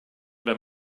wenn